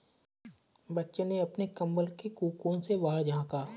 बच्चे ने अपने कंबल के कोकून से बाहर झाँका